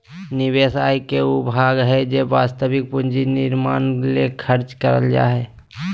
निवेश आय के उ भाग हइ जे वास्तविक पूंजी निर्माण ले खर्च कइल जा हइ